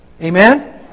Amen